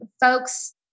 folks